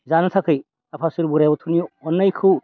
जानो थाखै आफा इसोर बोराइ बाथौनि अननायखौ